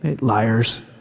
liars